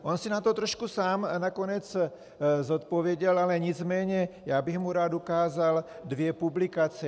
On si na to trošku sám nakonec odpověděl, ale nicméně bych mu rád ukázal dvě publikace.